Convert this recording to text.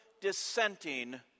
dissenting